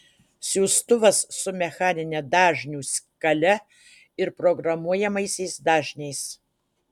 siųstuvas su mechanine dažnių skale ir programuojamaisiais dažniais